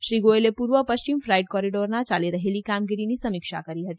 શ્રી ગોયલે પૂર્વ પશ્ચિમ ફાઇટ કોરિડોરના યાલી રહેલી કામગીરીની સમીક્ષા કરી હતી